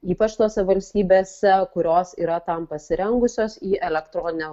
ypač tose valstybėse kurios yra tam pasirengusios į elektroninę